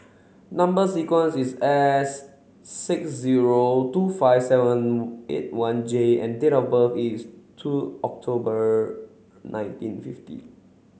number sequence is S six zero two five seven eight one J and date of birth is two October nineteen fifty